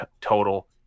total